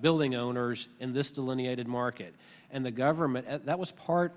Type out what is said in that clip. building owners in this delineated market and the government that was part